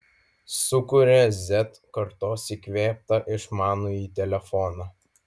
sukūrė z kartos įkvėptą išmanųjį telefoną